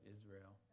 Israel